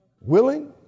Willing